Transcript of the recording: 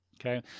okay